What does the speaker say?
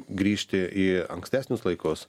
grįžti į ankstesnius laikus